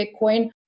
Bitcoin